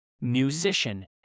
musician